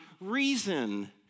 Reason